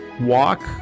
walk